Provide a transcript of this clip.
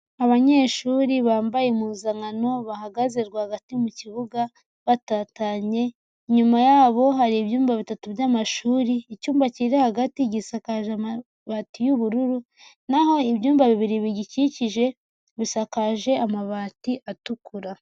Abanyeshuri bambaye impuzankano bahagaze rwagati mu kibuga batatanye, inyuma yabo hari ibyumba bitatu by'amashuri, icyumba kiri hagati gisakaje amabati y'ubururu naho ibyumba bibiri bigikikije bisakaje amabati atukura.